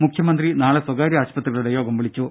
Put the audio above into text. മുഖ്യമന്ത്രി നാളെ സ്വകാര്യ ആശുപത്രികളുടെ യോഗം വിളിച്ചു